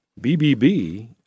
BBB